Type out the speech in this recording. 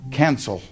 cancel